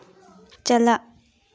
ᱪᱟᱞᱟᱜ